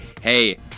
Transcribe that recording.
hey